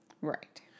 right